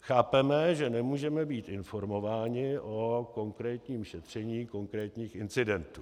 Chápeme, že nemůžeme být informováni o konkrétním šetření konkrétních incidentů.